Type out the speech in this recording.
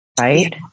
right